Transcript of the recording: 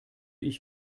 ich